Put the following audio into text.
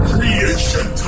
Creation